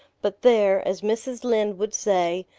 but there, as mrs. lynde would say,